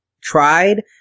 tried